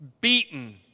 beaten